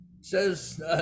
says